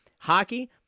hockey